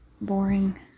boring